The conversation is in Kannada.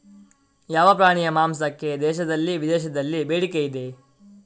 ಯಾವ ಪ್ರಾಣಿಯ ಮಾಂಸಕ್ಕೆ ದೇಶದಲ್ಲಿ ವಿದೇಶದಲ್ಲಿ ಬೇಡಿಕೆ ಇದೆ?